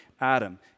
Adam